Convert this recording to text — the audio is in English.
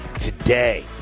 today